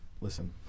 listen